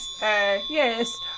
yes